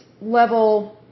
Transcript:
level